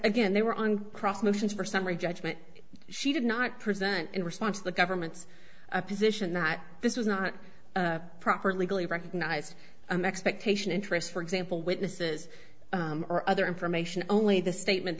again they were on cross motions for summary judgment she did not present in response the government's position that this was not properly recognized him expectation interest for example witnesses or other information only the statement